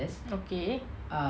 okay